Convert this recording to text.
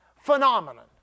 phenomenon